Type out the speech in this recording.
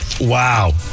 Wow